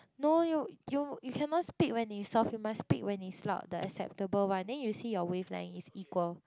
no you you you cannot speak when it's soft you must speak when it's loud the acceptable one then you see your wavelength it's equal